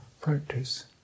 practice